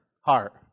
heart